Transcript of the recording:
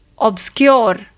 Obscure